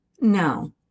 no